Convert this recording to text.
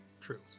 true